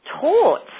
taught